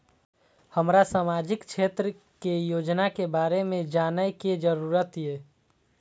हमरा सामाजिक क्षेत्र के योजना के बारे में जानय के जरुरत ये?